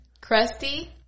Crusty